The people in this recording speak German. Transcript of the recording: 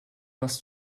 machst